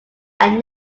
are